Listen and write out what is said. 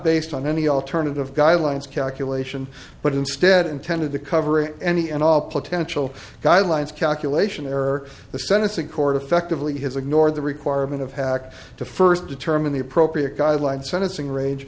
based on any alternative guidelines calculation but instead intended to cover any and all potential guidelines calculation error the sentencing court affectively has ignored the requirement of hacked to first determine the appropriate guideline sentencing range